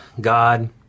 God